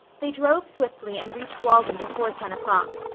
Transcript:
they drove swiftly and reached walden before ten o'clock.